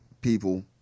People